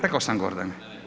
Rekao sam Gordan.